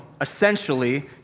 essentially